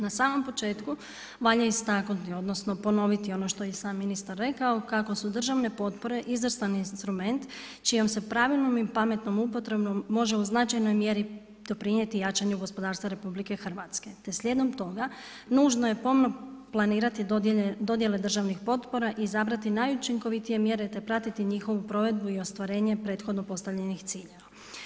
Na samom početku valja istaknuti odnosno ponoviti ono što je i sam ministar rekao kako su državne potpore izvrstan instrument čijom se pravilnom i pametnom upotrebom može u značajnoj mjeri doprinijeti jačanju gospodarstva RH te slijedom toga nužno je pomno planirati dodjele državnih potpora, izabrati najučinkovitije mjere te pratiti njihovu provedbu i ostvarenje prethodno postavljenih ciljeva.